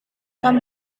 tom